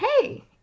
hey